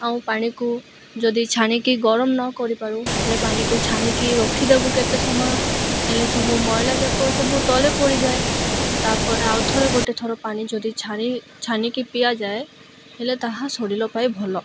ଆଉ ପାଣିକୁ ଯଦି ଛାଣିକି ଗରମ ନକରିପାରୁ ହେଲେ ପାନିକୁ ଛାଣିକି ରଖିଦେବୁ କେତେ ସମୟ ହେଲେ ସବୁ ମଇଳା ଯାକ ସବୁ ତଳେ ପଡ଼ିଯାଏ ତାପରେ ଆଉ ଥରେ ଗୋଟେ ଥର ପାଣି ଯଦି ଛାଣି ଛାନିକି ପିଆଯାଏ ହେଲେ ତାହା ଶଡ଼ିଲ ପାଇଁ ଭଲ